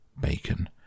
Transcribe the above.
bacon